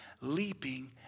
leaping